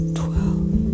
twelve